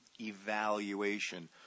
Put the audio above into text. evaluation